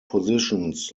positions